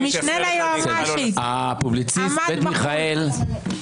מי שיפריע לך, אני אקרא לו לסדר.